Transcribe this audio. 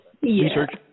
research